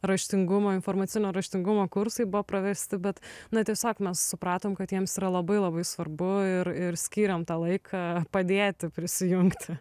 raštingumo informacinio raštingumo kursai buvo pravesti bet na tiesiog mes supratom kad jiems yra labai labai svarbu ir ir skyrėm tą laiką padėti prisijungti